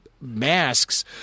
masks